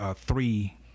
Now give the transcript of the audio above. three